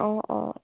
অঁ অঁ